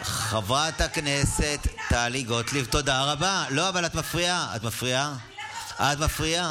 חברת הכנסת גוטליב, את מעכבת פה את כולם עכשיו.